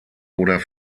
oder